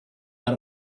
out